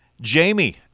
jamie